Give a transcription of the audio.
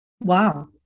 Wow